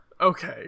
Okay